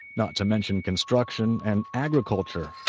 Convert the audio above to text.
not to mention construction and agriculture